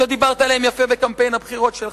שדיברת עליהם יפה בקמפיין הבחירות שלך,